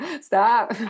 Stop